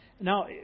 Now